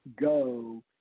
go